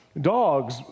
dogs